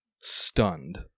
stunned